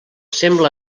sembla